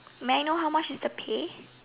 may I know how much is the pay